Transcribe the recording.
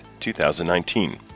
2019